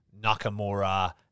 Nakamura